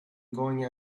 going